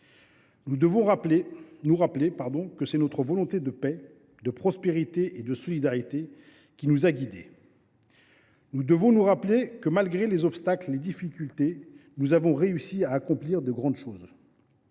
Nous devons nous rappeler que c’est notre volonté de paix, de prospérité et de solidarité qui nous a guidés. Nous devons nous rappeler que, malgré les obstacles et les difficultés, nous avons réussi à accomplir de grandes choses.